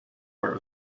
wear